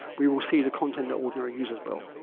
we will see the content that ordinary users will.